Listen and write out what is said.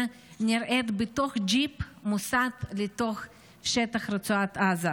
נראית בתוך ג'יפ מוסע לתוך שטח רצועת עזה.